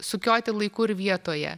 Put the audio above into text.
sukioti laiku ir vietoje